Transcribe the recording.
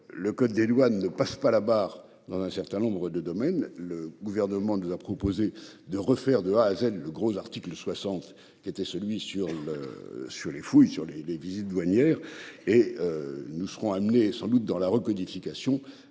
Le code des douanes ne passe pas la barre dans un certain nombre de domaines. Le gouvernement nous a proposé de refaire de A à Z le gros article 60 qui était celui sur le sur les fouilles sur les les visites douanières et. Nous serons amenés sans doute dans la recodification